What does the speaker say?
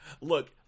look